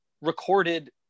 recorded